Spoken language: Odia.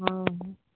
ହଁ ହଁ